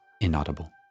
inaudible